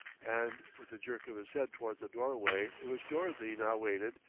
and, with a jerk of his head towards the doorway, in which dorothy now waited,